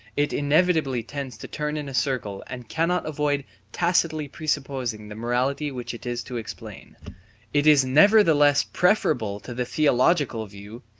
it inevitably tends to turn in a circle and cannot avoid tacitly presupposing the morality which it is to explain it is nevertheless preferable to the theological view,